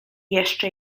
jeszcze